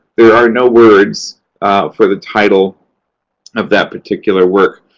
there are no words for the title of that particular work.